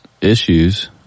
issues